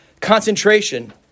concentration